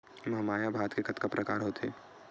महमाया भात के कतका प्रकार होथे?